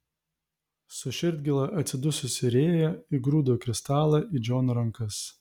su širdgėla atsidususi rėja įgrūdo kristalą į džono rankas